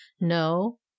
No